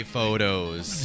Photos